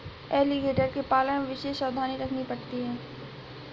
alligator के पालन में विशेष सावधानी रखनी पड़ती है